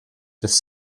des